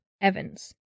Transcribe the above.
Evans